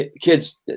Kids